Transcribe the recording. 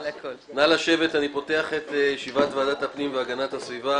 אני פותח את ישיבת ועדת הפנים והגנת הסביבה